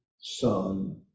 son